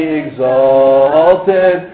exalted